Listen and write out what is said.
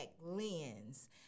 lens